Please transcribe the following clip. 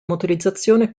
motorizzazione